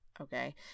Okay